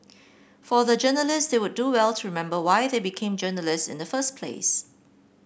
for the journalist they would do well to remember why they became journalist in the first place